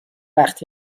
وقت